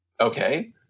Okay